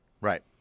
Right